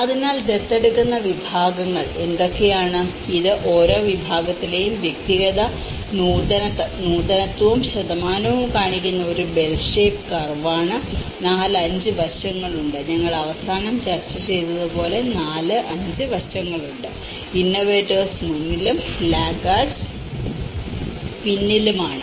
അതിനാൽ ദത്തെടുക്കുന്ന വിഭാഗങ്ങൾ എന്തൊക്കെയാണ് ഇത് ഓരോ വിഭാഗത്തിലെയും വ്യക്തിഗത നൂതനത്വവും ശതമാനവും കാണിക്കുന്ന ഒരു ബെൽ ഷേപ്ഡ് കർവ് ആണ് 4 5 വശങ്ങളുണ്ട് ഞങ്ങൾ അവസാനം ചർച്ച ചെയ്തതുപോലെ 4 5 വശങ്ങളുണ്ട് ഇന്നോവറ്റെർസ് മുന്നിലും ലാഗ്ഗാർഡ്സ് പിന്നിലുമാണ്